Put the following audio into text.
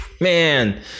Man